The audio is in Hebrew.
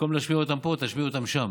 במקום להשמיע אותן פה, תשמיעו אותן שם.